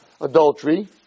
adultery